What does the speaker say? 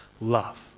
love